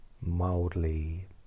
mildly